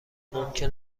ممکن